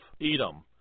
Edom